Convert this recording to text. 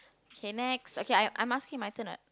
okay next okay I I'm asking my turn what